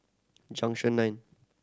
Junction Nine